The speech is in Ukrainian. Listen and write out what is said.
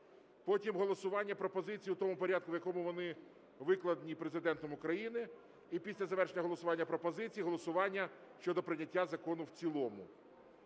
потім голосування пропозицій у тому порядку, в якому вони викладені Президентом України. І після завершення голосування пропозицій голосування щодо прийняття закону в цілому.